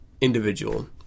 individual